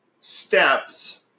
steps